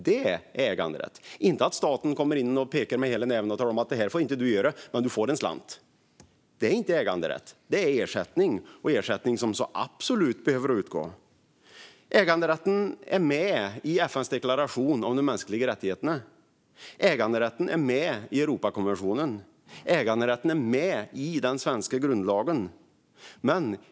Det är äganderätt - inte att staten pekar med hela näven och säger: Detta får du inte göra, men du får en slant! Det är inte äganderätt; det är ersättning. Och ersättning behöver absolut utgå. Äganderätten är med i FN:s deklaration om de mänskliga rättigheterna. Äganderätten är med i Europakonventionen. Äganderätten är med i den svenska grundlagen.